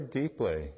deeply